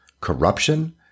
corruption